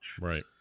Right